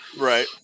Right